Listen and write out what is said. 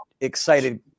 excited